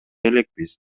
элекпиз